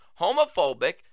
homophobic